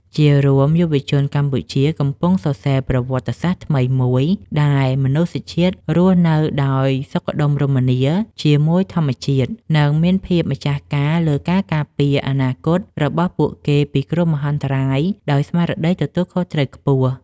ជារួម យុវជនកម្ពុជាកំពុងសរសេរប្រវត្តិសាស្ត្រថ្មីមួយ ដែលមនុស្សជាតិរស់នៅដោយសុខដុមរមនាជាមួយធម្មជាតិ និងមានភាពម្ចាស់ការលើការការពារអនាគតរបស់ពួកគេពីគ្រោះមហន្តរាយដោយស្មារតីទទួលខុសត្រូវខ្ពស់បំផុត។